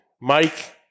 Mike